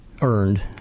earned